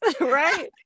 right